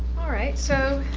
alright so